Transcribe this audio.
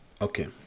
Okay